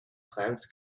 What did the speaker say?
clouds